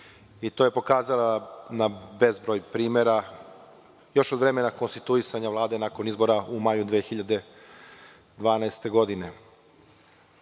i to je pokazala na bezbroj primera još od vremena konstituisanja Vlade, nakon izbora u maju 2012. godine. Ne